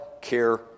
care